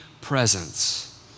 presence